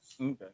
Okay